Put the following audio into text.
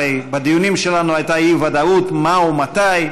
הרי בדיונים שלנו הייתה אי-ודאות מה ומתי,